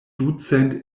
ducent